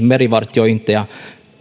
merivartiointia